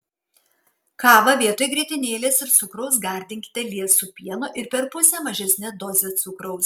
kavą vietoj grietinėlės ir cukraus gardinkite liesu pienu ir per pusę mažesne doze cukraus